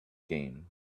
game